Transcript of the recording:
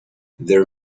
there